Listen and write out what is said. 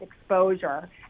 exposure